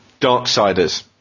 Darksiders